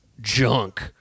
junk